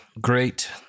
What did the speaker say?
Great